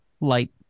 light